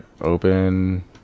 Open